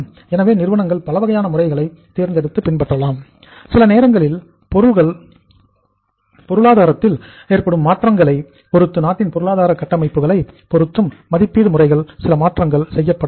எனவே நிறுவனங்கள் பல வகையான முறைகளை தேர்ந்தெடுக்கலாம் சில நேரங்களில் பொருளாதாரத்தில் ஏற்படும் மாற்றங்களை பொருத்து நாட்டின் பொருளாதார கட்டமைப்புகளை பொருத்தும் மதிப்பீடு முறைகளில் சில மாற்றங்கள் செய்யப்பட வேண்டும்